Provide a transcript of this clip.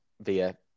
via